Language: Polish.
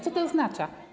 Co to oznacza?